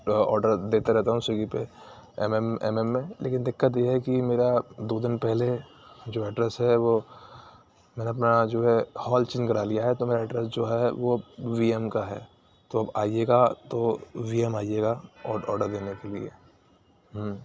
order دیتا رہتا ہوں سویگی پہ ایم ایم ایم ایم میں لیکن دقت یہ ہے کہ میرا دو دِن پہلے جو ایڈریس ہے وہ میں نے اپنا جو ہے ہال چینج کرا لیا ہے تو میرا ایڈریس جو ہے وہ وی ایم کا ہے تو آئیے گا تو وی ایم آئیے گا آڈر دینے کے لیے